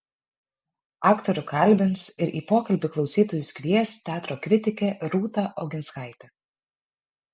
aktorių kalbins ir į pokalbį klausytojus kvies teatro kritikė rūta oginskaitė